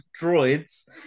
droids